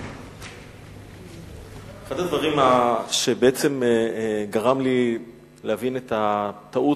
אחד הדברים שגרם לי להבין את הטעות